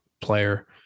player